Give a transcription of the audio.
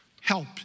Help